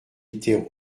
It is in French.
était